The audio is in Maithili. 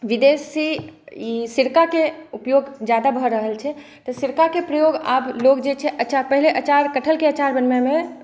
विदेशी ई सिरकाके उपयोग ज्यादा भऽ रहल छै तऽ सिरकाके प्रयोग आब लोक जे छै आचार पहिले कटहलकेँ आचार बनबैमे